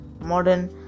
modern